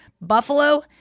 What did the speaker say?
buffalo